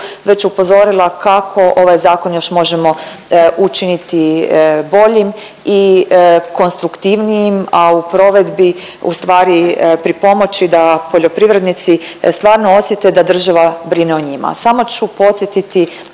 već upozorila kako ovaj zakon još možemo učiniti boljim i konstruktivnijim, a u provedbi ustvari pripomoći da poljoprivrednici stvarno osjete da država brine o njima. Samo ću podsjetiti